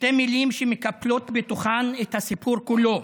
שתי מילים שמקפלות בתוכן את הסיפור כולו,